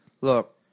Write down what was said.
Look